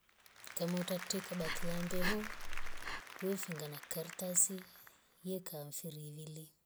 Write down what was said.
Kama utate kabate lambe huu wefunga na karatasi yeka ka mfiri ivili